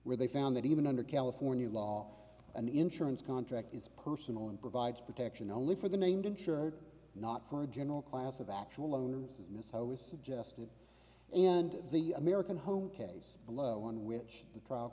where they found that even under california law an insurance contract is personal and provides protection only for the named insured not for a general class of actual onerous as misho was suggested and the american home case below on which the trial